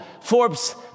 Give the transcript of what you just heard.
Forbes